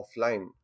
offline